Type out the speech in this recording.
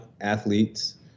athletes